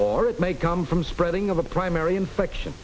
or it may come from spreading of a primary infection